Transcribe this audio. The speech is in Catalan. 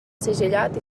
segellat